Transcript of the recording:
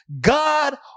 God